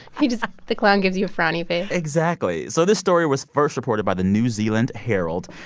he just the clown gives you a frowny face exactly. so this story was first reported by the new zealand herald.